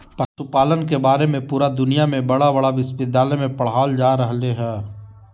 पशुपालन के बारे में पुरा दुनया में बड़ा बड़ा विश्विद्यालय में पढ़ाल जा रहले हइ